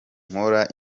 nkora